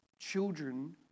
children